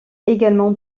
également